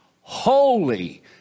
holy